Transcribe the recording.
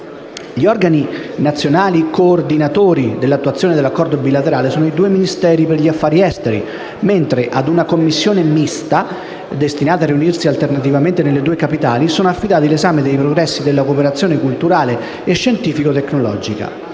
Gli organi nazionali coordinatori dell'attuazione dell'Accordo bilaterale sono i due Ministeri per gli affari esteri, mentre ad una commissione mista, destinata a riunirsi alternativamente nelle due capitali, sono affidati l'esame dei progressi della cooperazione culturale e scientifico-tecnologica